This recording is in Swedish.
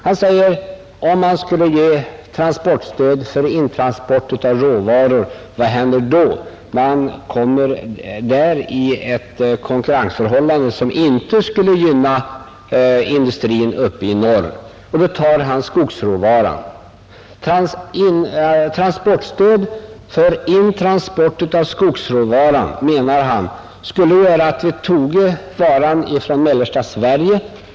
Han säger att om man skulle ge transportstöd för intransport av råvaror, vad händer då? Man kommer i ett konkurrensförhållande som inte skulle gynna industrin uppe i norr — och han tar skogsråvaran som exempel. Transportstöd för intransport av skogsråvara skulle, menar han, göra att vi tog varan från mellersta Sverige.